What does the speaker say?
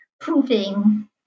proving